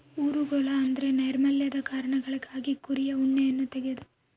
ಊರುಗೋಲು ಎಂದ್ರ ನೈರ್ಮಲ್ಯದ ಕಾರಣಗಳಿಗಾಗಿ ಕುರಿಯ ಉಣ್ಣೆಯನ್ನ ತೆಗೆದು